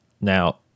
Now